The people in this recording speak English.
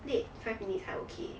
late five minutes 还 okay